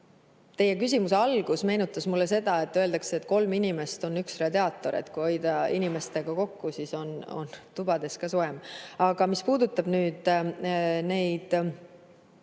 Teie küsimuse algus meenutas mulle seda, et öeldakse, et kolm inimest on üks radiaator. Kui [panna] inimesed [rohkem] kokku, siis on tubades ka soojem. Aga mis puudutab neid